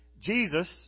Jesus